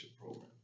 program